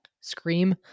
scream